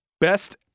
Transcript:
Best